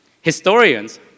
Historians